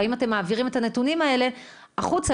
האם אתם מעבירים את הנתונים האלה החוצה